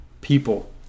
people